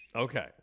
Okay